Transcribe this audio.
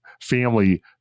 family